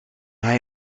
hij